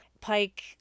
Pike